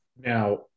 Now